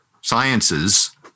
sciences